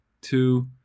two